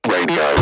Radio